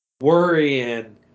worrying